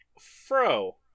Fro